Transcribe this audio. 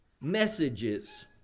messages